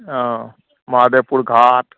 हँ महादेवपुर घाट